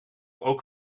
ook